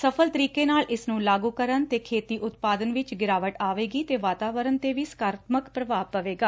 ਸਫਲ ਤਰੀਕੇ ਨਾਲ ਇਸ ਨੰ ਲਾਗੁ ਕਰਨ ਤੇ ਖੇਤੀ ਉਤਪਾਦਨ ਵਿਚ ਗਿਰਾਵਟ ਆਵੇਗੀ ਤੇ ਵਾਤਾਵਰਨ ਤੇ ਵੀ ਸਕਾਰਾਤਮਕ ਪ੍ਰਭਾਵ ਪਵੇਗਾ